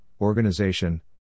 organization